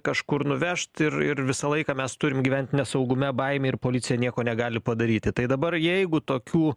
kažkur nuvežt ir ir visą laiką mes turim gyventi nesaugume baimėj ir policija nieko negali padaryti tai dabar jeigu tokių